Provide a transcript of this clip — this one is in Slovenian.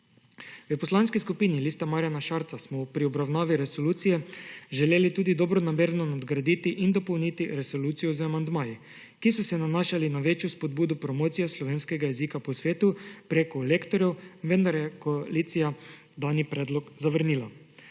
V Poslanski skupini LMŠ smo pri obravnavi resolucije želeli tudi dobronamerno nadgraditi in dopolniti resolucijo z amandmaji, ki so se nanašali na večjo spodbudo promocije slovenskega jezika po svetu preko lektorjev, vendar je koalicija dani predlog zavrnila.